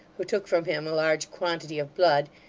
who took from him a large quantity of blood,